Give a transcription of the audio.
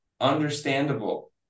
understandable